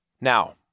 Now